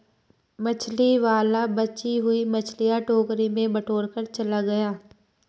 मछली वाला बची हुई मछलियां टोकरी में बटोरकर चला गया